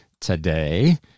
today